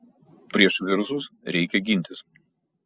prieš virusus reikia gintis